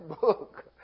book